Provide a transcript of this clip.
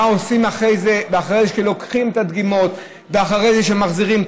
מה עושים אחרי זה ואחרי שלוקחים את הדגימות ואחרי זה כשמחזירים.